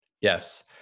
Yes